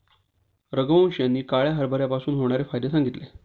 रघुवंश यांनी काळ्या हरभऱ्यापासून होणारे फायदे सांगितले